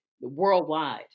worldwide